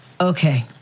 Okay